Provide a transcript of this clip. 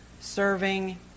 serving